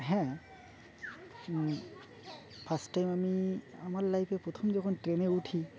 হ্যাঁ first time আমি আমার লাইফে প্রথম যখন ট্রেনে উঠি